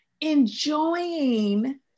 enjoying